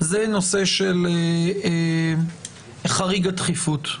זה הנושא של חריג הדחיפות.